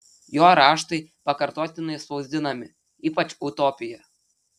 jo raštai pakartotinai spausdinami ypač utopija